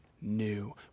new